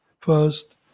first